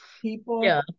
People